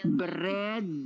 bread